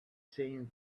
seen